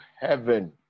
heaven